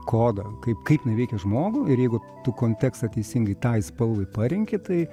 kodą kaip kaip jinai veikia žmogų ir jeigu tu kontekstą teisingai tai spalvai parenki tai